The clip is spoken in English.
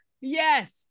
Yes